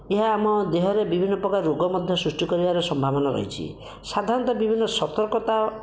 ଏହା ଆମ ଦେହରେ ବିଭିନ୍ନ ପ୍ରକାର ରୋଗ ମଧ୍ୟ ସୃଷ୍ଟି କରିବାରେ ସମ୍ଭାବନା ରହିଛି ସାଧାରଣତଃ ବିଭିନ୍ନ ସତର୍କତା